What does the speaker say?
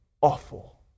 awful